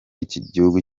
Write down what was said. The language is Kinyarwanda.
gihugu